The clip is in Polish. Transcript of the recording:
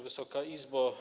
Wysoka Izbo!